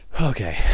okay